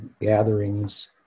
gatherings